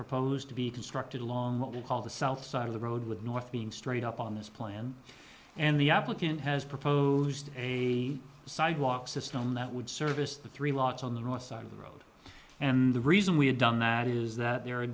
proposed to be constructed along what we call the south side of the road with north being straight up on this plan and the applicant has proposed a sidewalk system that would service the three locks on the north side of the road and the reason we have done that is that the